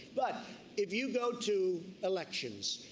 but if you go to elections,